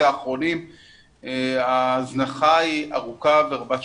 האחרונים ההזנחה היא ארוכה ורבת שנים.